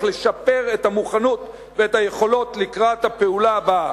לשפר את המוכנות ואת היכולות לקראת הפעולה הבאה.